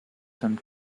some